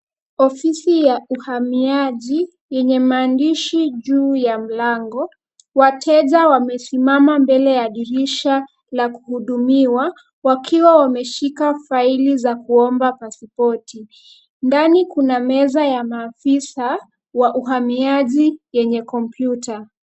Ofisi ya uhamiaji yenye maandishi juu ya mlango. Wateja wamesimama mbele ya dirisha la kuhudumiwa, wakiwa wameshika faili za kuomba pasipoti. Ndani kuna meza ya maafisa, wa uhamiaji yenye kompyuta.